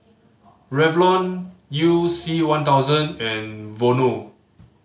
Revlon You C One thousand and Vono